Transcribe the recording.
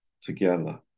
together